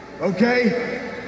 Okay